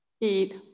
eat